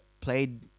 played